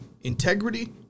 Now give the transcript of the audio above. integrity